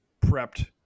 prepped